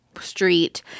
street